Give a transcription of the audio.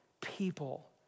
people